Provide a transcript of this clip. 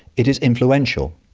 it is influential.